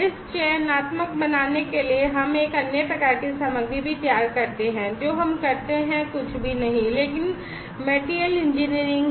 इसे चयनात्मक बनाने के लिए हम एक अन्य प्रकार की सामग्री भी तैयार करते हैं जो हम करते हैं वह कुछ भी नहीं है लेकिन materials engineering है